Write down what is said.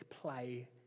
play